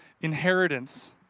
inheritance